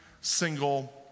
single